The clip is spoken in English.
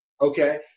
Okay